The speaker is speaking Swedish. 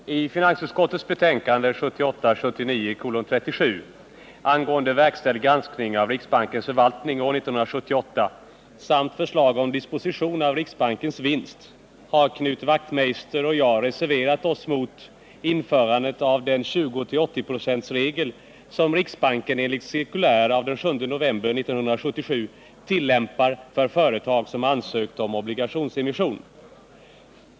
Herr talman! I finansutskottets betänkande 1978 80-procentsregel som riksbanken enligt cirkulär av den 7 november 1977 tillämpar för företag som ansökt om obligationsemission.